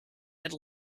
had